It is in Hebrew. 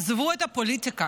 עזבו את הפוליטיקה.